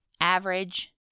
Average